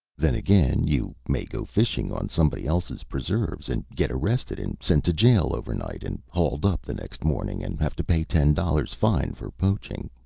then, again, you may go fishing on somebody else's preserves, and get arrested, and sent to jail overnight, and hauled up the next morning, and have to pay ten dollars fine for poaching.